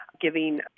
giving